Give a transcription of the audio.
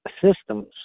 systems